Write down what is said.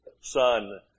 son